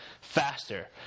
faster